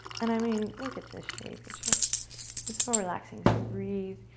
and, i mean, look at this shape, it's just just so relaxing. so breathe,